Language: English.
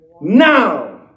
now